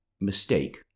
mistake